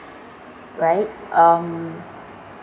right um